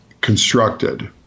constructed